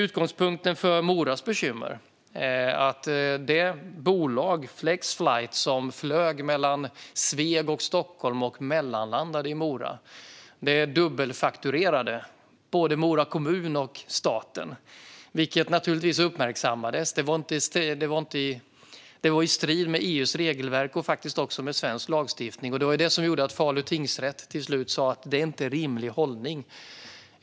Utgångspunkten för Moras bekymmer är att det bolag, Flexflight, som flög mellan Sveg och Stockholm och mellanlandade i Mora dubbelfakturerade, både Mora kommun och staten, vilket naturligtvis uppmärksammades. Det var i strid med EU:s regelverk och faktiskt också med svensk lagstiftning. Det var det som gjorde att Falu tingsrätt till slut sa att det inte var en rimlig hållning.